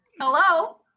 Hello